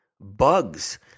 Bugs